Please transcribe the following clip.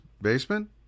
basement